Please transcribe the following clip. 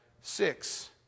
Six